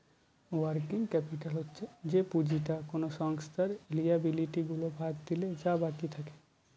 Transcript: working capital হচ্ছে যে পুঁজিটা কোনো সংস্থার লিয়াবিলিটি গুলা বাদ দিলে যা বাকি থাকে